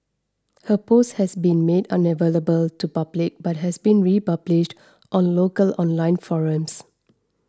her post has since been made unavailable to public but has been republished on local online forums